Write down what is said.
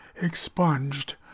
expunged